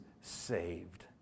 saved